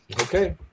Okay